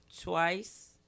twice